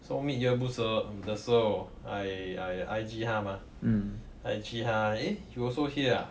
so mid year books 的的时候 I I I_G 他 mah I_G 他 eh you also here ah